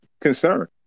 concern